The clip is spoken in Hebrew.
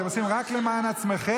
אתם עושים רק למען עצמכם,